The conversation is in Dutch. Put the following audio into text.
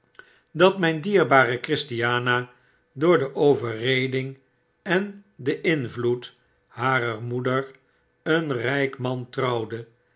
dat myn dierbare christiana door de overreding en den invloed harer moeder een rijk man trouwde